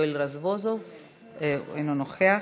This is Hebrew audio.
יואל רזבוזוב, אינו נוכח.